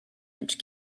which